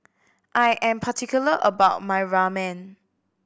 I am particular about my Ramen